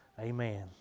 Amen